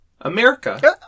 America